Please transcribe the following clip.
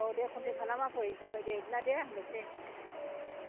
औ दे कन्टेक्ट खालामना फै जाबायदे बेदिब्ला दे हामबायसै